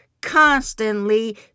constantly